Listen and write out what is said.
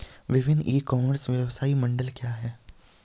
विभिन्न e commerce व्यवसाय मॉडल क्या हैं?